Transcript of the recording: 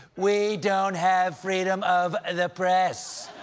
we don't have freedom of the press!